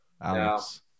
Alex